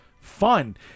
fun